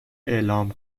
اعلام